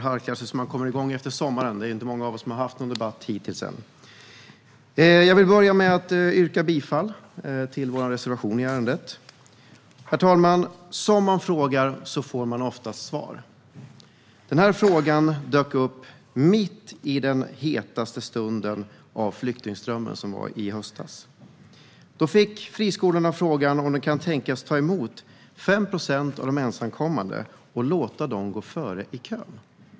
Herr talman! Jag vill börja med att yrka bifall till vår reservation i ärendet. Som man frågar får man oftast svar. Den här frågan dök upp mitt i den hetaste stunden av den flyktingström som var i höstas. Då fick friskolorna frågan om de kunde tänka sig att ta emot 5 procent av de ensamkommande och låta dem gå före i kön.